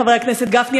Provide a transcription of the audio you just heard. חבר הכנסת גפני,